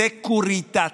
סקוריטטה.